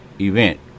event